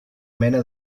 mena